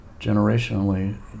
generationally